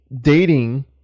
dating